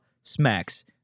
smacks